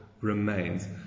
remains